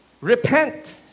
repent